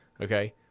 Okay